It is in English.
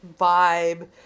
vibe